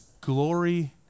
glory